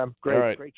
Great